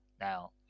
Now